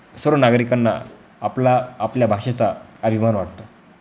नागरिकांना आपला आपल्या भाषेचा अभिमान वाटतो